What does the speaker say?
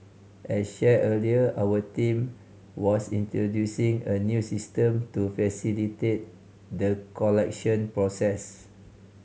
as shared earlier our team was introducing a new system to facilitate the collection process